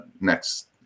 next